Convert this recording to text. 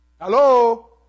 Hello